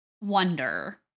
wonder